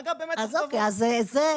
נגע במתח גבוה, זה קורה.